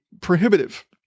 prohibitive